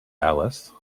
alice